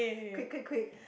quick quick quick